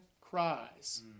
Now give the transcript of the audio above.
cries